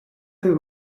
тих